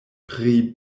pri